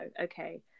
Okay